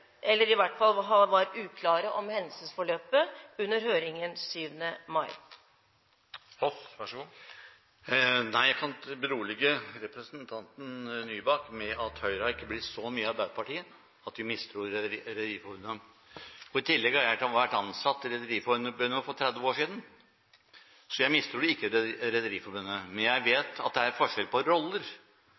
eller i hvert fall var uklare – om hendelsesforløpet under høringen 7. mai? Nei, jeg kan berolige representanten Nybakk med at Høyre ikke har blitt så mye Arbeiderpartiet at vi mistror Rederiforbundet. I tillegg har jeg vært ansatt i Rederiforbundet, for 30 år siden, så jeg mistror ikke Rederiforbundet. Men jeg vet at det er forskjell på roller,